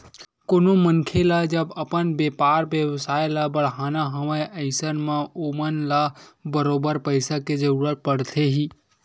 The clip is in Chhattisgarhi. कोनो मनखे ल जब अपन बेपार बेवसाय ल बड़हाना हवय अइसन म ओमन ल बरोबर पइसा के जरुरत पड़थे ही